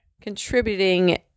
contributing